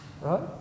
Right